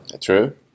True